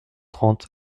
trente